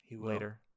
later